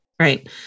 Right